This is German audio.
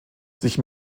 sich